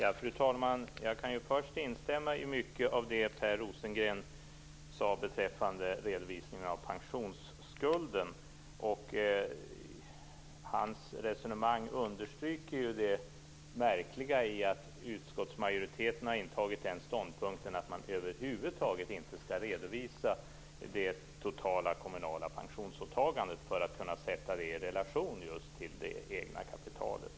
Fru talman! Jag kan först instämma i mycket av det Per Rosengren sade beträffande redovisningen av pensionsskulden. Hans resonemang understryker ju det märkliga i att utskottsmajoriteten har intagit den ståndpunkten att man över huvud taget inte skall redovisa det totala kommunala pensionsåtagandet för att kunna sätta det i relation till det egna kapitalet.